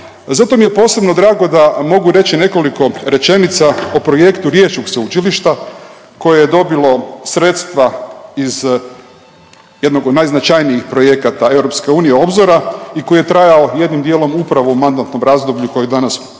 Zato mi je posebno drago da mogu reći nekoliko rečenica o projektu riječkog sveučilišta koje je dobilo sredstva iz jednog od najznačajnijih projekata EU Obzora i koji je trajao jednim dijelom upravo u mandatnom razdoblju kojeg danas i